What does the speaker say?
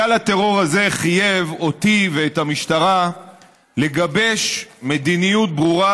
גל הטרור הזה חייב אותי ואת המשטרה לגבש מדיניות ברורה